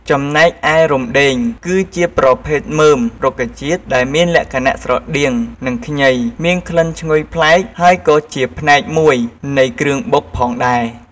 ចំណែកឯរំដេង គឺជាប្រភេទមើមរុក្ខជាតិដែលមានលក្ខណៈស្រដៀងនឹងខ្ញី មានក្លិនឈ្ងុយប្លែកហើយក៏ជាផ្នែកមួយនៃគ្រឿងបុកផងដែរ។